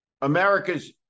America's